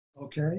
okay